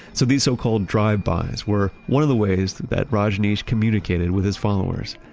so these so called drive-bys were one of the ways that rajneesh communicated with his followers,